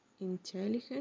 intelligent